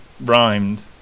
rhymed